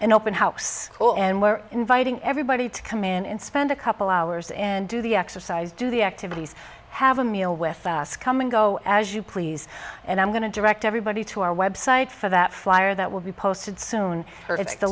an open house and we're inviting everybody to come in and spend a couple hours and do the exercise do the activities have a meal with us come and go as you please and i'm going to direct everybody to our website for that flyer that will be posted soon